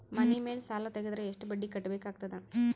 ಮನಿ ಮೇಲ್ ಸಾಲ ತೆಗೆದರ ಎಷ್ಟ ಬಡ್ಡಿ ಕಟ್ಟಬೇಕಾಗತದ?